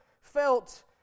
felt